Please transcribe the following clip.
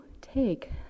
take